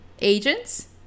agents